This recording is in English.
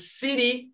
city